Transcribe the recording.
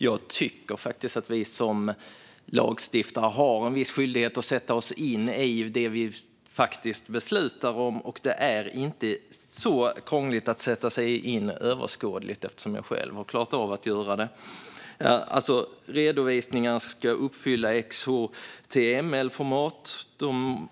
Jag tycker att vi som lagstiftare har viss skyldighet att sätta oss in i det vi faktiskt beslutar om, och det är inte så krångligt att sätta sig in i överskådligt - jag har själv klarat av att göra det. Det är fråga om att redovisningar ska uppfylla XHTML-format.